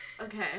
Okay